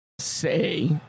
say